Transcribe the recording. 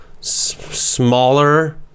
smaller